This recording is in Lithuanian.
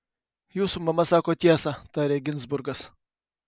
jūsų mama sako tiesą tarė ginzburgas